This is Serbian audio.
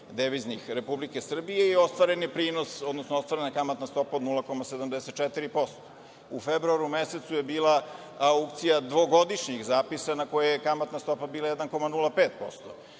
deviznih Republike Srbije i ostvarena je kamatna stopa od 0,74%. U februaru mesecu je bila aukcija dvogodišnjih zapisa na kojoj je kamatna stopa bila 1,05%.